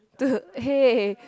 to !hey!